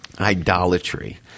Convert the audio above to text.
idolatry